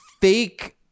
fake